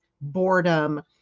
boredom